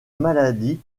maladie